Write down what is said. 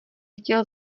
chtěl